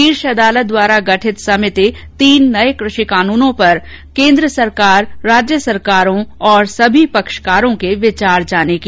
शीर्ष अदालत द्वारा गठित समिति नये कृष कानूनों पर केन्द्र सरकार राज्य सरकारों और सभी पक्षकारों के विचार जानेगी